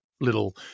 little